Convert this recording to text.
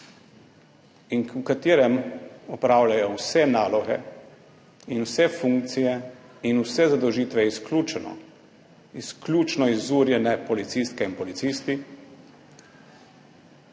v katerem opravljajo vse naloge in vse funkcije in vse zadolžitve izključno izurjene policistke in policisti,